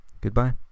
goodbye